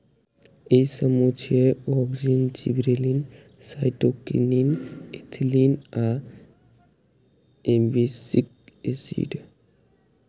ई समूह छियै, auxin, gibberellin, cytokinin, ethylene आ एब्सिसिक एसिड